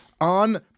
on